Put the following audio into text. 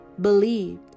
believed